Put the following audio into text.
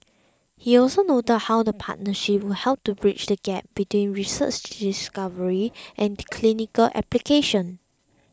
he also noted how the partnership will help bridge the gap between research discovery and clinical application